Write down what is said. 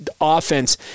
offense